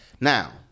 Now